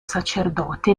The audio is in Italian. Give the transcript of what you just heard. sacerdote